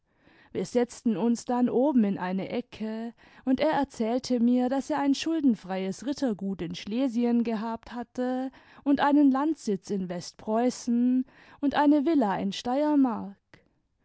wir setzten uns dann oben in eine ecke und er erzählte mir daß er ein schuldenfreies rittergut in schlesien gehabt hatte und einen landsitz in westpreußen und eine villa in steiermark